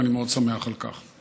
ואני מאוד שמח על כך.